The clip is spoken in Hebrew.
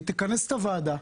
היא תכנס את הוועדה,